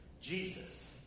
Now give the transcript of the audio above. Jesus